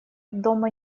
дома